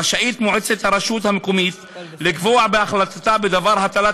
רשאית מועצת הרשות המקומית לקבוע בהחלטתה בדבר הטלת